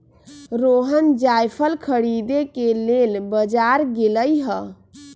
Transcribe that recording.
रोहण जाएफल खरीदे के लेल बजार गेलई ह